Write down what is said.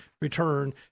return